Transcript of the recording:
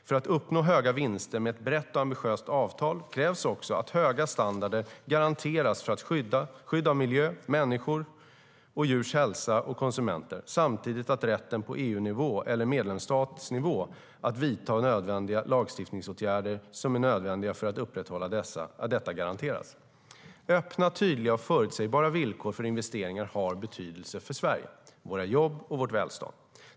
För att uppnå höga vinster med ett brett och ambitiöst avtal krävs också att höga standarder garanteras för skydd av miljö, människors och djurs hälsa och konsumenter, samt att rätten garanteras på EU-nivå eller medlemsstatsnivå att vidta framtida lagstiftningsåtgärder som är nödvändiga för att upprätthålla detta. Öppna, tydliga och förutsägbara villkor för investeringar har betydelse för Sverige, våra jobb och vårt välstånd.